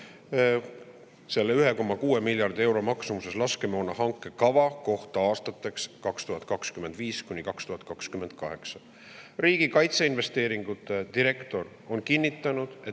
1,6 miljardi euro maksumuses laskemoona hanke kava aastateks 2025–2028. Riigi Kaitseinvesteeringute [Keskuse] direktor on kinnitanud, et